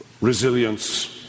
resilience